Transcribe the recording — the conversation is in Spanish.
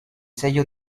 sello